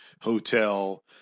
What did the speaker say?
hotel